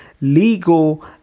legal